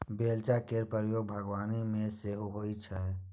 बेलचा केर प्रयोग बागबानी मे सेहो होइ छै